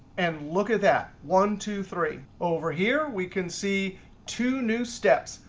and look at that. one, two, three. over here, we can see two new steps.